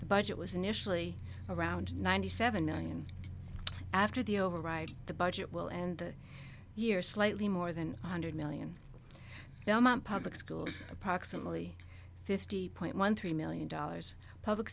the budget was initially around ninety seven million after the override the budget will and year slightly more than one hundred million public schools approximately fifty point one three million dollars public